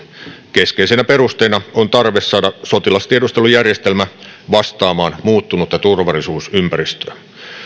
keskeisenä perusteena on tarve saada sotilastiedustelujärjestelmä vastaamaan muuttunutta turvallisuusympäristöä